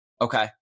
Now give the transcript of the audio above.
Okay